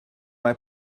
mae